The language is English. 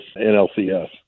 NLCS